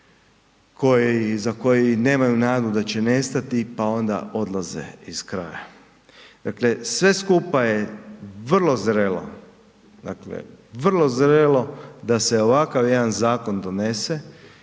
koji nemaju nadu da će nestati, pa onda odlaze iz kraja. Dakle, sve skupa je vrlo zrelo, dakle, vrlo zrelo da se ovakav jedan zakon donese